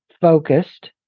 focused